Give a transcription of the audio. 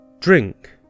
drink